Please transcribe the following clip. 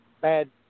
bad